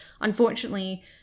unfortunately